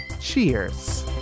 Cheers